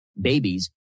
babies